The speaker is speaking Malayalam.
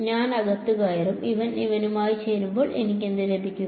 ഞാൻ അകത്തു കയറും ഇവൻ ഇവനുമായി ചേരുമ്പോൾ എനിക്ക് എന്ത് ലഭിക്കും